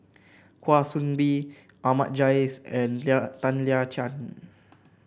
Kwa Soon Bee Ahmad Jais and Tan Lian Chye